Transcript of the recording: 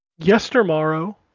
Yestermorrow